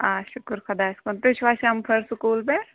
آ شُکُر خۄدایَس کُن تُہۍ چھُوا شمکھا سُکوٗل پٮ۪ٹھ